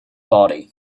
body